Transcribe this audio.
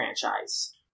franchise